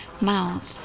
mouths